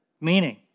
meaning